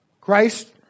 Christ